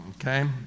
Okay